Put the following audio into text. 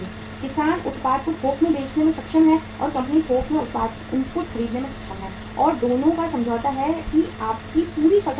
किसान उत्पाद को थोक में बेचने में सक्षम है और कंपनी थोक में उत्पाद इनपुट खरीदने में सक्षम है और दोनों का समझौता है कि आपकी पूरी फसल हमारी है